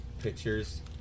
pictures